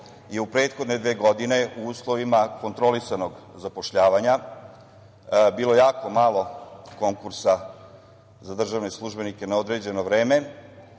je u prethodne dve godine u uslovima kontrolisanog zapošljavanja bilo jako malo konkursa za državne službenike na određeno vreme,